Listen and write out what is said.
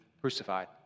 crucified